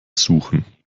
suchen